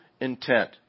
intent